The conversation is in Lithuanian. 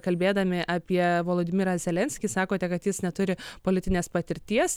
kalbėdami apie vladimirą zelenskį sakote kad jis neturi politinės patirties